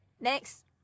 next